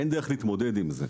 אין דרך להתמודד עם זה.